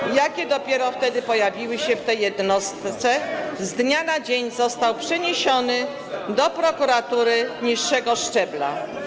Wstyd! ...jakie dopiero wtedy pojawiły się w tej jednostce, z dnia na dzień został przeniesiony do prokuratury niższego szczebla.